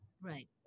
Right